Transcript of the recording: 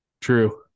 True